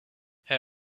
her